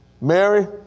Mary